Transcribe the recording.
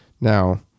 Now